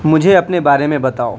مجھے اپنے بارے میں بتاؤ